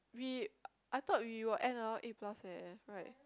we I thought we will end around eight plus eh right